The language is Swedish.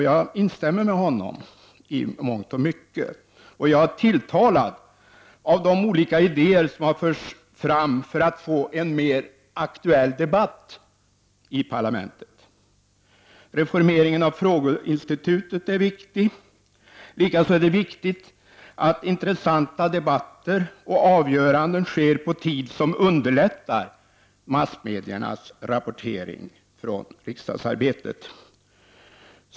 Jag instämmer i mångt och mycket med honom och är tilltalad av de olika idéer som har förts fram för att få en mer aktuell debatt i parlamentet. Reformeringen av frågeinstitutet är viktig. Likaså är det viktigt att intressanta debatter och avgöranden hålls vid en tidpunkt som underlättar massmediernas rapportering från riksdagsarbetet.